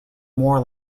more